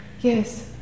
yes